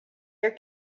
your